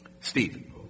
Steve